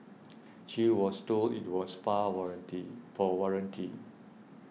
she was told it was far warranty for warranty